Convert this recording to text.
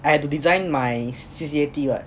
I had to design my C_C_A tee what